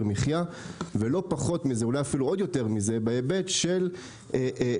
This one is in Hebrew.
המחיה ולא פחות מזה ואולי אפילו יותר מזה בהיבט של שוק